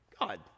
God